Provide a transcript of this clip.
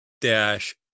dash